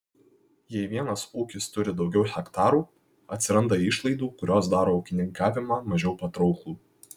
jei vienas ūkis turi daugiau hektarų atsiranda išlaidų kurios daro ūkininkavimą mažiau patrauklų